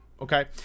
Okay